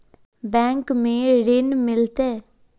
Bank में ऋण मिलते?